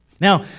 Now